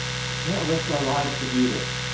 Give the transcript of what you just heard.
we can't risk our lives to do this.